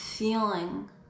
feeling